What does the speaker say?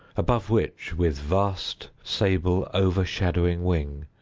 above which, with vast, sable, overshadowing wing,